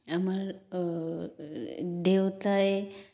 আমাৰ দেউতাই